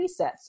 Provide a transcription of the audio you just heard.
presets